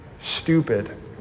stupid